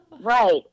Right